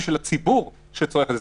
בשביל הציבור שצורך את זה.